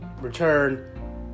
return